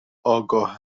آگاه